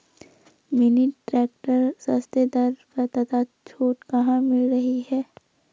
Mini tractor सस्ते दर पर तथा छूट कहाँ मिल रही है?